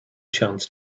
chance